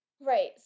Right